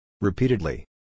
Repeatedly